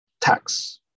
tax